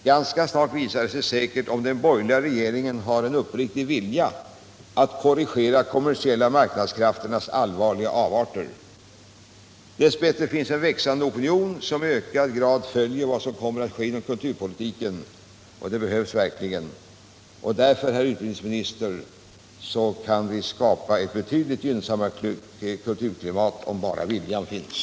Ganska snart visar det sig säkert om den borgerliga regeringen har en uppriktig vilja att korrigera de kommersiella marknadskrafternas allvarliga avarter. Dess bättre finns en växande opinion som i ökad grad följer vad som kommer att ske inom kulturpolitiken. Och det behövs verkligen. Och därför, herr utbildningsminister, kan vi skapa ett betydligt gynnsammare kulturklimat om bara viljan finns.